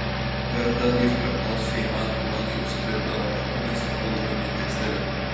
karta iš kartos šeima duonai užsidirbdavo rankomis ausdami tekstilę